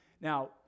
Now